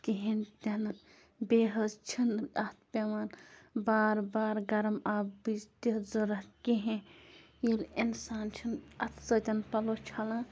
کِہیٖنۍ تہِ نہٕ بیٚیہِ حظ چھِنہٕ اَتھ پٮ۪وان بار بار گرم آبٕچ تہِ ضوٚرتھ کِہیٖنۍ ییٚلہِ اِنسان چھُنہٕ اَتھٕ سۭتۍ پَلو چھلان